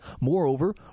Moreover